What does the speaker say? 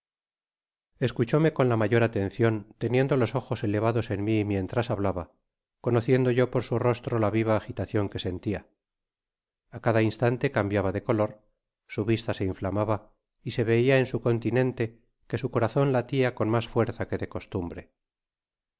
escuchóme con la mayor atencion teniendo los ojos clavados en mi mientras hablaba conociendo yo por su rostro ia viva agitacion que sentia á cada untante cambiaba de color su vista se inflamaba y se veia en su continente que su corazon latia con mas fuerza que de costumbre